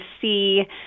see